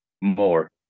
more